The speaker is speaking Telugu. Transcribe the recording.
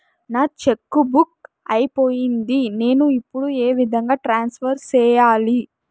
నా చెక్కు బుక్ అయిపోయింది నేను ఇప్పుడు ఏ విధంగా ట్రాన్స్ఫర్ సేయాలి?